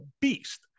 beast